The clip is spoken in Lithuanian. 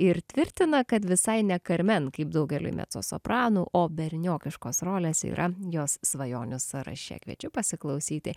ir tvirtina kad visai ne karmen kaip daugeliui mecosopranų o berniokiškos rolės yra jos svajonių sąraše kviečiu pasiklausyti